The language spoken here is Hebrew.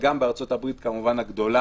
וגם בארצות הברית הגדולה,